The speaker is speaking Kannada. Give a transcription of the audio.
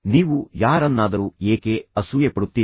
ನೀವು ಯಾರನ್ನಾದರೂ ಏಕೆ ಅಸೂಯೆಪಡುತ್ತೀರಿ